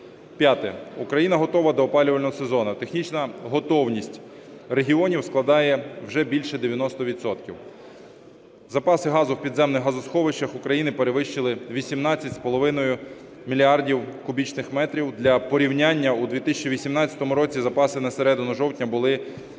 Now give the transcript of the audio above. Україна готова до опалювального сезону. Технічна готовність регіонів складає вже більше 90 відсотків. Запаси газу в підземних газосховищах України перевищили 18,5 мільярда кубічних метрів. Для порівняння у 2018 році запаси на середину жовтня були 17,1